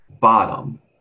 bottom